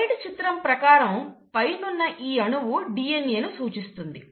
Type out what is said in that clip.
slide చిత్రం ప్రకారం పైనున్న ఈ అణువు DNA ను సూచిస్తుంది